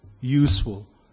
useful